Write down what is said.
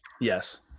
Yes